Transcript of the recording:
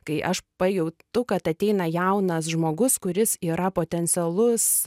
kai aš pajautu kad ateina jaunas žmogus kuris yra potencialus